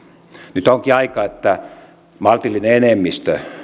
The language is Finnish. nyt onkin aika että maltillinen enemmistö